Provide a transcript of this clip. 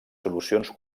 solucions